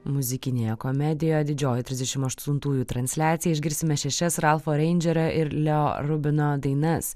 muzikinėje komedijoje didžioji trisdešim aštuntųjų transliacija išgirsime šešias ralfo reindžerio ir leo rubino dainas